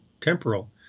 temporal